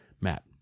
Matt